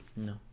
No